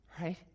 right